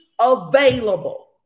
available